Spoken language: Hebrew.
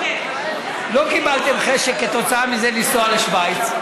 לא קיבלתם חשק כתוצאה מזה לנסוע לשווייץ,